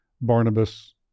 Barnabas